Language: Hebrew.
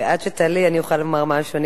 ועד שתעלי, אני אוכל לומר משהו.